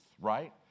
right